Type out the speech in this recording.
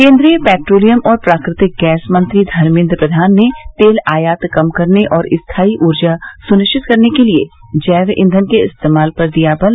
केन्द्रीय पेट्रोलियम और प्राकृतिक गैस मंत्री धर्मेद्र प्रधान ने तेल आयात कम करने और स्थायी ऊर्जा सुनिश्चित करने के लिए जैव ईंधन के इस्तेमाल पर दिया बल